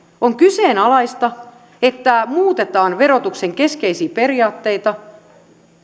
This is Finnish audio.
on kyseenalaista että muutetaan verotuksen keskeisiä periaatteita